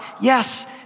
Yes